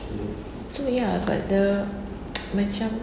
so ya but the macam